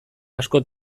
asko